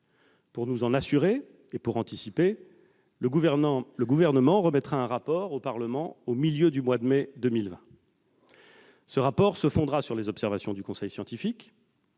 Pour nous en assurer, et pour anticiper, le Gouvernement remettra un rapport au Parlement au milieu du mois de mai 2020. Ce rapport se fondera sur les observations du conseil scientifique.